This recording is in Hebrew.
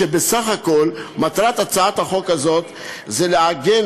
כשבסך הכול מטרת הצעת החוק הזאת היא לעגן